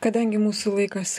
kadangi mūsų laikas